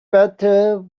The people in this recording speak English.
better